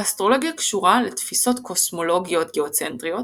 האסטרולוגיה קשורה לתפיסות קוסמולוגיות גאוצנטריות,